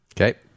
Okay